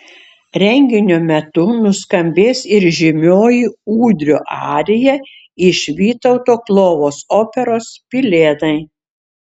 renginio metu nuskambės ir žymioji ūdrio arija iš vytauto klovos operos pilėnai